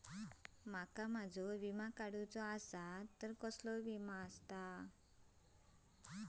माका माझो विमा काडुचो असा तर कसलो विमा आस्ता?